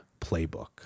playbook